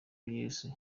yesu